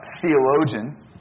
theologian